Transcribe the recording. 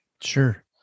Sure